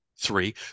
Three